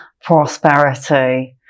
prosperity